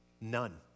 None